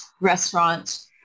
restaurant